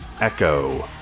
Echo